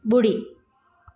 ॿुड़ी